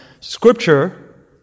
Scripture